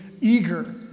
eager